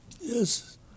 Yes